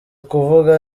kuvuga